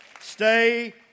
Stay